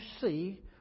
see